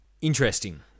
Interesting